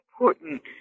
important